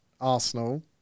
Arsenal